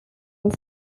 was